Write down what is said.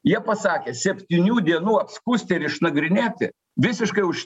jie pasakė septynių dienų atskųst ir išnagrinėti visiškai už